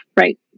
Right